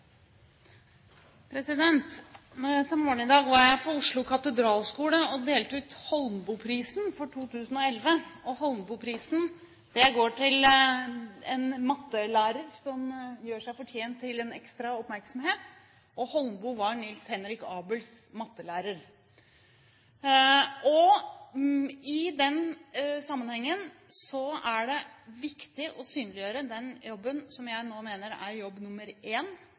Til morgenen i dag var jeg på Oslo Katedralskole og delte ut Holmboeprisen for 2011. Holmboeprisen går til en mattelærer som gjør seg fortjent til en ekstra oppmerksomhet, og Holmboe var Niels Henrik Abels mattelærer. I den sammenhengen er det viktig å synliggjøre den jobben som jeg nå mener er jobb